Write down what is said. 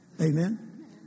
amen